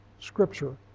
scripture